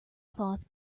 cloth